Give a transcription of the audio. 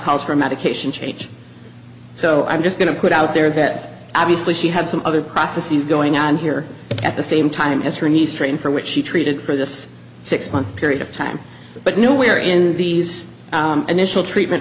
calls for a medication change so i'm just going to put out there that obviously she has some other processes going on here at the same time as her niece train for which she treated for this six month period of time but nowhere in these initial treatment